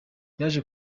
yaje